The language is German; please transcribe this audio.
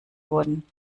wurden